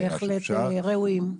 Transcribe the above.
בשמחה, בהחלט הם ראויים.